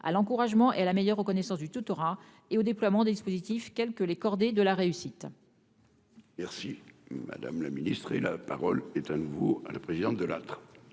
à l'encouragement et la meilleure reconnaissance du tutorat et au déploiement des dispositifs quelque les cordées de la réussite. Merci madame la ministre et la parole est à nouveau à la présidente de l'autre.